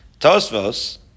Tosvos